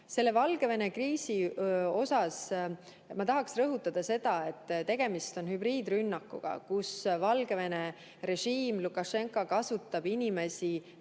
ole. Valgevene kriisi osas ma tahaksin rõhutada seda, et tegemist on hübriidrünnakuga, kus Valgevene režiim, Lukašenka kasutab inimesi